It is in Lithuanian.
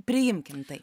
priimkim tai